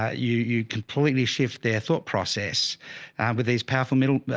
ah you you completely shift their thought process with these powerful middle